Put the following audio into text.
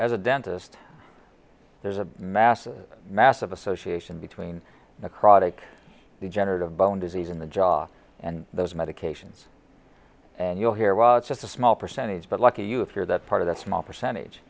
as a dentist there's a massive massive association between necrotic degenerative bone disease in the jaw and those medications and you'll hear well it's a small percentage but lucky you if you're that part of that small percentage